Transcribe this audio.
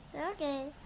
Okay